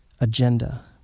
agenda